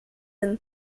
and